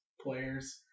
players